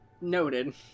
Noted